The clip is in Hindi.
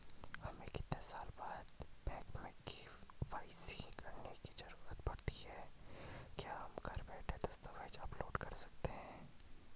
हमें कितने साल बाद बैंक में के.वाई.सी करवाने की जरूरत पड़ती है क्या हम घर बैठे दस्तावेज़ अपलोड कर सकते हैं?